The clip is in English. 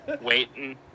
Waiting